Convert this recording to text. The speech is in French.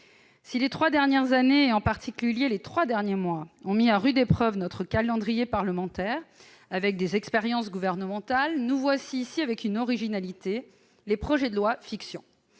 Si les trois dernières années, en particulier les trois derniers mois, ont mis à rude épreuve notre calendrier parlementaire, avec des expériences gouvernementales, nous voici maintenant devant une originalité : les « projets de loi fictions